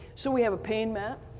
so we have a pain map.